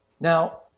Now